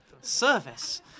service